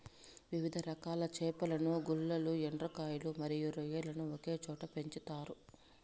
వివిధ రకాల చేపలను, గుల్లలు, ఎండ్రకాయలు మరియు రొయ్యలను ఒకే చోట పెంచుతారు